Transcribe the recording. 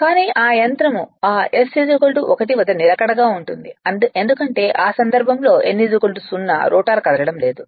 కానీ యంత్రం ఆ s 1 వద్ద నిలకడగా ఉంటుంది ఎందుకంటే ఆ సందర్భంలో n 0 రోటర్ కదలడం లేదు